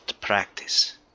practice